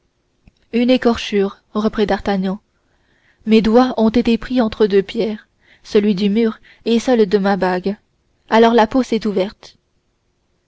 une écorchure reprit d'artagnan mes doigts ont été pris entre deux pierres celle du mur et celle de ma bague alors la peau s'est ouverte